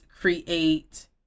create